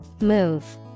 Move